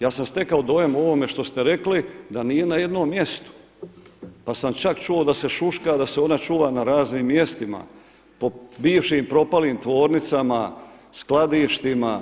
Ja sam stekao dojam o ovome što ste rekli da nije na jednom mjestu, pa sam čak čuo da se šuška, da se ona čuva na raznim mjestima po bivšim propalim tvornicama, skladištima.